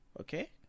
Okay